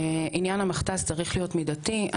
עניין המכת"ז צריך להיות מידתי.